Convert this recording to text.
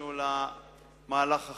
שניגשנו למהלך החקיקתי,